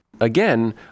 Again